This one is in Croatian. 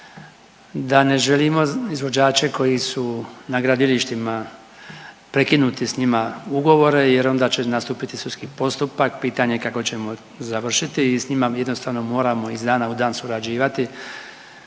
da ne želimo izvođače koji su na gradilištima prekinuti s njima ugovore jer onda će nastupiti sudski postupak, pitanje kako ćemo završiti i s njima jednostavno moramo iz dana u dan surađivati